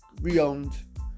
re-owned